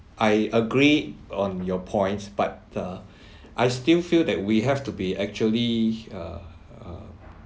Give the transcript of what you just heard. I agree on your points but the I still feel that we have to be actually uh uh